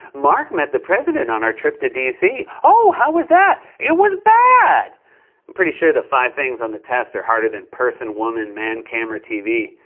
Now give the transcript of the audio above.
mark met the president on our trip to d c. oh, how was that! it was bad! i'm pretty sure the five things on the test are harder than person, woman, man, camera, tv.